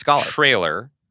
trailer